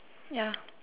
ya